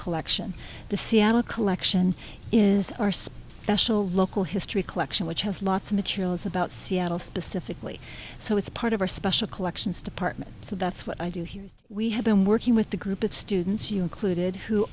collection the seattle collection is our spring national local history collection which has lots of materials about seattle specifically so it's part of our special collections department so that's what i do here we have been working with the group of students you included who